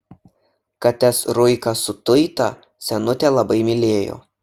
kates ruiką su tuita senutė labai mylėjo